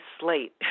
slate